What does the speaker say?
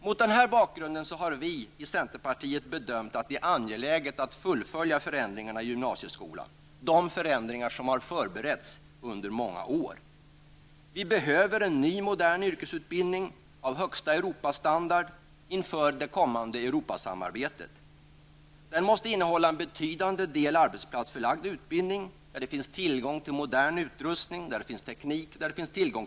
Mot den bakgrunden bedömer vi i centerpartiet att det är angeläget att fullfölja arbetet på förändringarna i gymnasieskolan -- förändringar som har förberetts under många år. Vi behöver en ny modern yrkesutbildning av högsta Europasamarbetet. Denna yrkesutbildning måste till betydande del innehålla arbetsplatsförlagd utbildning, där man har tillgång till modern utrustning, till teknik och till kompetens.